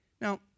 Now